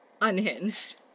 Unhinged